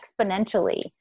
exponentially